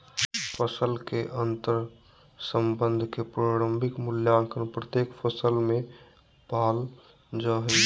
फसल के अंतर्संबंध के प्रारंभिक मूल्यांकन प्रत्येक फसल में पाल जा हइ